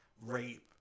rape